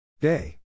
Day